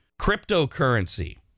Cryptocurrency